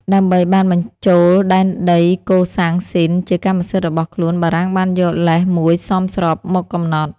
ដើម្បីបានបញ្ចូលដែនដីកូសាំងស៊ីនជាកម្មសិទ្ធិរបស់ខ្លួន បារាំងបានយកលេសមួយសមស្របមកកំណត់។